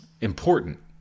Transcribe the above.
important